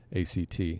ACT